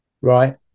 right